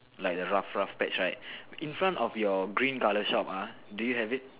like the rough rough patch right in front of your green color shop ah do you have it